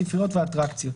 ספריות ואטרקציות.